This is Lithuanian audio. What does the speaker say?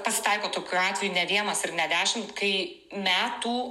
pasitaiko tokių atvejų ne vienas ir ne dešimt kai metų